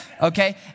Okay